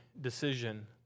decision